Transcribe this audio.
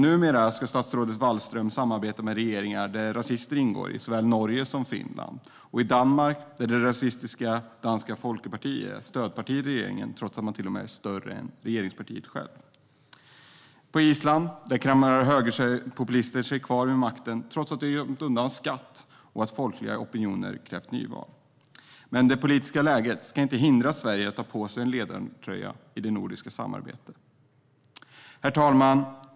Numera ska statsrådet Wallström samarbeta med regeringar där rasister ingår i såväl Norge som Finland och med Danmark där rasistiska Dansk Folkeparti är stödparti till regeringen trots att man till och med är större än regeringspartiet självt. På Island klamrar högerpopulister sig kvar vid makten trots att de har gömt utan skatt och trots att folkliga opinioner har krävt nyval. Men det politiska läget ska inte hindra Sverige från att ta på sig en ledartröja i det nordiska samarbetet. Herr talman!